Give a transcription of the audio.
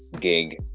gig